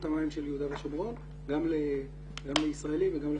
המים של יהודה ושומרון גם לישראלים וגם לפלסטינים,